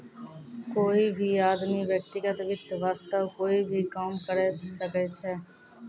कोई भी आदमी व्यक्तिगत वित्त वास्तअ कोई भी काम करअ सकय छै